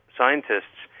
scientists